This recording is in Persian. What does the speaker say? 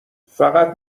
فقط